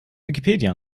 wikipedia